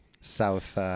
South